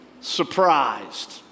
surprised